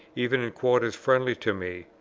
even in quarters friendly to me,